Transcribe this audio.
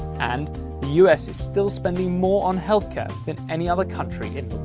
and the u s. is still spending more on health care than any other country in